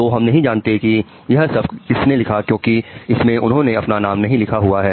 तो हम नहीं जानते कि यह सब किसने लिखा क्योंकि इसमें उन्होंने अपना नाम नहीं लिखा हुआ है